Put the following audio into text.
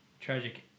tragic